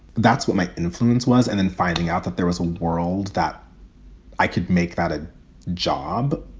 that's what my influence was. and then finding out that there was a world that i could make that a job,